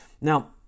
Now